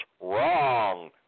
wrong